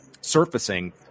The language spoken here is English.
surfacing